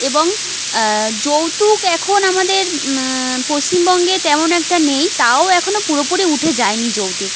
এবং যৌতুক এখন আমাদের পশ্চিমবঙ্গে তেমন একটা নেই তাও এখনো পুরোপুরি উঠে যায় নি যৌতুক